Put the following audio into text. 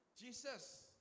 Jesus